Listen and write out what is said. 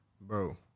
bro